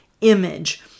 image